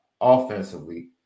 offensively